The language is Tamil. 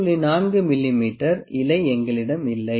4 மிமீ இலை எங்களிடம் இல்லை